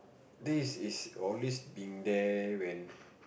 this is always been there when